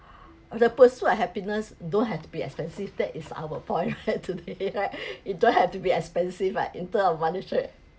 the pursuit of happiness don't have to be expensive that is our point right today right it don't have to be expensive right in term of monetary